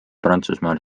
prantsusmaal